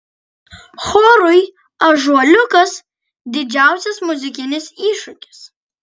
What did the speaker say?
chorui ąžuoliukas didžiausias muzikinis iššūkis